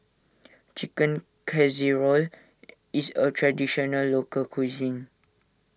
Chicken Casserole is a Traditional Local Cuisine